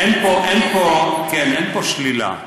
אין פה שלילה,